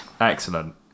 Excellent